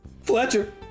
Fletcher